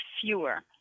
fewer